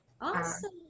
Awesome